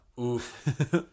Oof